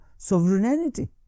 Sovereignty